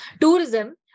tourism